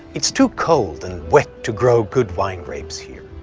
it's too cold and wet to grow good wine grapes here.